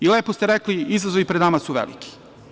Lepo ste rekli – izazovi pred nama su veliki.